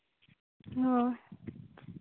ᱚᱸᱻ